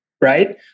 right